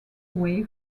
way